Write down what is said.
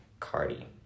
Cardi